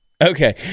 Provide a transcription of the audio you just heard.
Okay